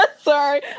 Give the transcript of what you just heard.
sorry